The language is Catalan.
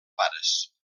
pares